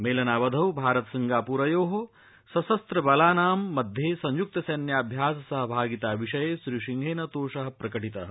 मेलनावधौ भारत सिंगापुरयोः सशस्त्र बलाना मध्ये संयुक्त सखिभ्यास सहभागिता विषये श्रीसिंहेन तोषः प्रकटितः